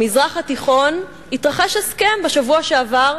במזרח התיכון התרחש הסכם בשבוע שעבר,